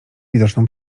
widoczną